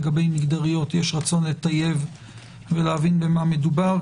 לגבי מגדריות, יש רצון לטייב ולהבין במה מדובר.